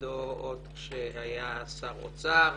בתפקידו עוד כשהיה שר אוצר,